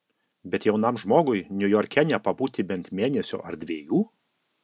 bet jaunam žmogui niujorke nepabūti bent mėnesio ar dviejų